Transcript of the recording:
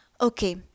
Okay